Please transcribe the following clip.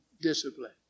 discipline